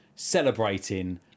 Celebrating